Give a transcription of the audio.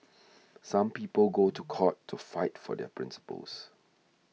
some people go to court to fight for their principles